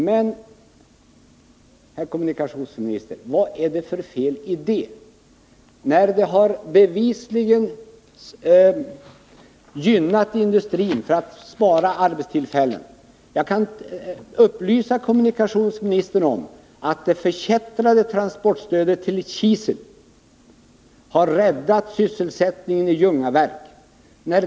Men, herr kommunikationsminister, vad är det för fel i det? Transportstödet har bevisligen gynnat industrin och räddat arbetstillfällen. Jag kan upplysa kommunikationsministern om att det förkättrade transportstödet för kisel har räddat sysselsättningen i Ljungaverk.